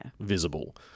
visible